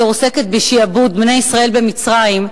אשר עוסקת בשעבוד בני ישראל במצרים,